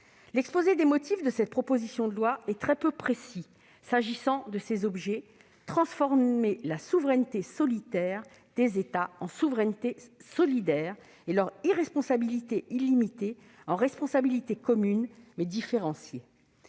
L'exposé des motifs de cette proposition de loi est très peu précis s'agissant de ses objets :« Transformer la souveraineté solitaire des États en souveraineté solidaire et leurs irresponsabilités illimitées en responsabilités communes mais différenciées.